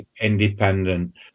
independent